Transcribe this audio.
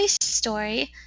Story